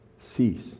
cease